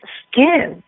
skin